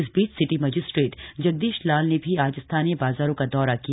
इस बीच city magistrate Jagdish Lal ने भी आज स्थानीय बाजारों का दौरा किया